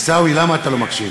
עיסאווי, למה אתה לא מקשיב?